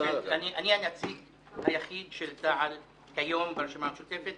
אני הנציג היחיד של תע"ל כיום ברשימה המשותפת